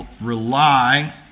rely